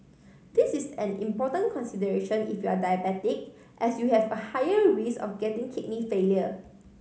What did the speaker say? this is an important consideration if you are diabetic as you have a higher risk of getting kidney failure